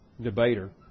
debater